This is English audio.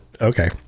okay